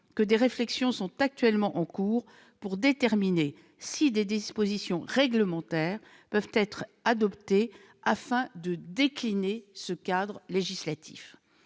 que des réflexions sont actuellement en cours pour déterminer si de telles dispositions réglementaires peuvent être prises, afin de décliner ce cadre législatif.